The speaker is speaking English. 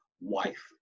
wife